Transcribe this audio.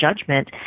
judgment